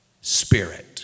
spirit